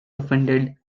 offended